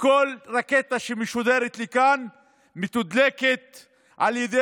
שכל רקטה שמשודרת לכאן מתודלקת על ידי